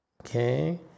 Okay